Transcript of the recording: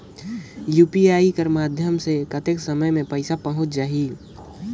UPI कर माध्यम से कतेक समय मे पइसा पहुंच जाहि?